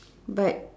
but